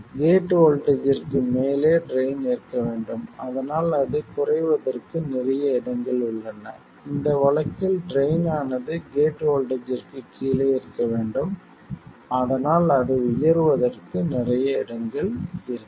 gate வோல்ட்டேஜ்ஜிற்கு மேலே drain இருக்க வேண்டும் அதனால் அது குறைவதற்கு நிறைய இடங்கள் உள்ளன இந்த வழக்கில் ட்ரைன் ஆனது கேட் வோல்ட்டேஜ்ஜிற்கு கீழே இருக்க வேண்டும் அதனால் அது உயருவதற்கு நிறைய இடங்கள் இருக்கும்